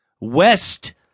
West